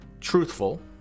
truthful